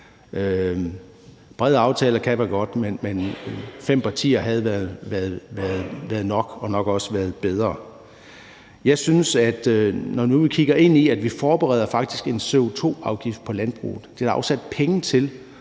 Brede aftaler kan være godt, men fem partier havde været nok og nok også været bedre. Jeg tror, at når nu vi kigger ind i og faktisk forbereder en CO2-afgift på landbruget – der er afsat penge til